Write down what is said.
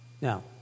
Now